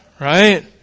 Right